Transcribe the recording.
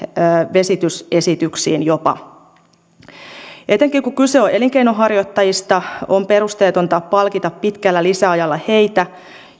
vesitysesityksiin etenkin kun kyse on elinkeinonharjoittajista on perusteetonta palkita pitkällä lisäajalla heitä